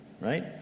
right